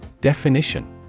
Definition